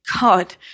God